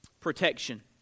Protection